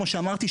כמו שאמרתי,